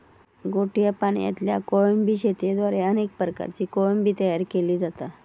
गोड्या पाणयातल्या कोळंबी शेतयेद्वारे अनेक प्रकारची कोळंबी तयार केली जाता